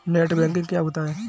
Net banking क्या होता है?